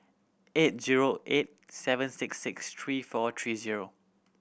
eight zero eight seven six six three four three zero